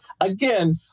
again